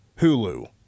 Hulu